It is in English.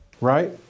right